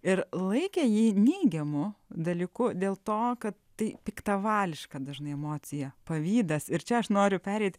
ir laikė jį neigiamu dalyku dėl to kad tai piktavališka dažnai emocija pavydas ir čia aš noriu pereit